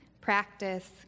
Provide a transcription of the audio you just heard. practice